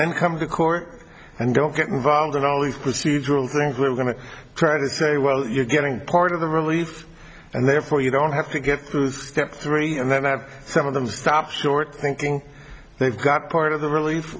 then come to court and don't get involved in all these procedural things we're going to try to say well you're getting part of the relief and therefore you don't have to get through step three and then have some of them stop short thinking they've got part of the relief